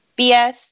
BS